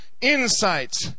insights